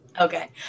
Okay